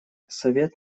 совет